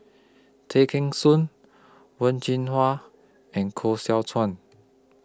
Tay Kheng Soon Wen Jinhua and Koh Seow Chuan